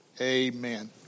Amen